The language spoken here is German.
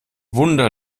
wunder